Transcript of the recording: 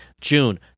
June